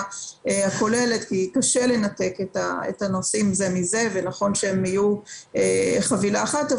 הכוללת כי קשה לנתק את הנושאים זה מזה ונכון שיהיו חבילה אחת.